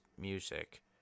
music